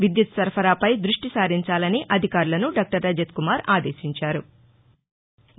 విద్యుత్ సరఫరా పై దృష్టి సారించాలని అధికారులను డాక్టర్ రజత్ కుమార్ ఆదేశించారు